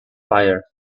fire